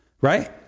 right